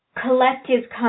collective